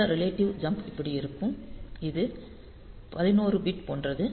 இந்த relative jump இப்படி இருக்கும் இது 11 பிட் போன்றது